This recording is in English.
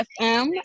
FM